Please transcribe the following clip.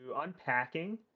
Unpacking